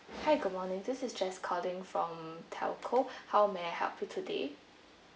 hi good morning this is jess calling from telco how may I help you today